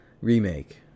remake